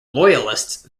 loyalists